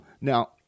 Now